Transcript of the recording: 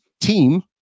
team